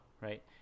Right